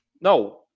No